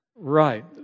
Right